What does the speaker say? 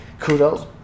Kudos